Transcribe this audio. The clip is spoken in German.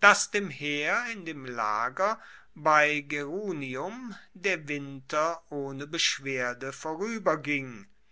dass dem heer in dem lager bei gerunium der winter ohne beschwerde vorueberging